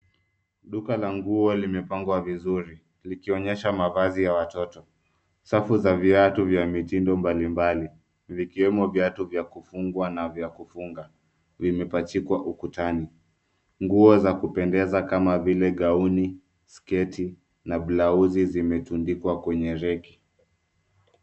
Duka la nguo limepangwa vizuri likionyesha mavazi ya watoto. Safu za viatu za mitindo mbalimbali vikiwemo viatu vya kufungwa na vya kufunga vimepachikwa ukutani. Nguo za kupendeza kama vile gauni, sketi na blauzi zimetundikwa kwenye reki.